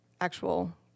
actual